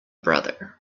brother